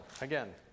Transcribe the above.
again